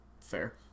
Fair